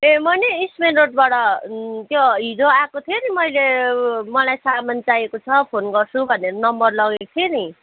ए म नि east main रोडबाट त्यो हिजो आएको थियो नि मैले मलाई सामान चाहिएको छ फोन गर्छु भनेर नम्बर लगेको थिएँ नि